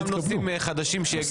וגם נושאים חדשים שיגיעו.